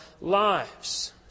lives